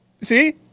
See